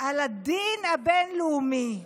על הדין הבין-לאומי,